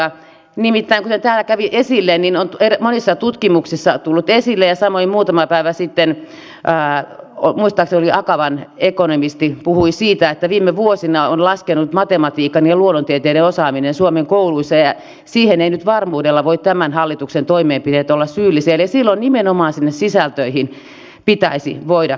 nimittäin kuten täällä kävi esille on monissa tutkimuksissa tullut esille ja samoin muutama päivä sitten muistaakseni akavan ekonomisti puhui siitä että viime vuosina on laskenut matematiikan ja luonnontieteiden osaaminen suomen kouluissa ja siihen eivät nyt varmuudella voi tämän hallituksen toimenpiteet olla syyllisiä ja silloin nimenomaan sinne sisältöihin pitäisi voida keskittyä